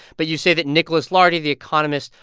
but you say that nicholas lardy, the economist,